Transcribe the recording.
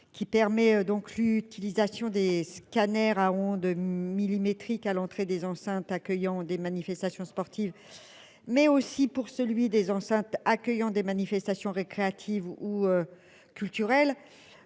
Qui permet donc l'utilisation des scanners à ondes millimétriques à l'entrée des enceintes accueillant des manifestations sportives. Mais aussi pour celui des enceintes accueillant des manifestations récréative ou. Culturelle